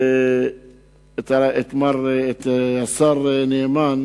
את השר נאמן,